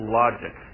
logic